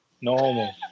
Normal